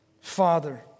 Father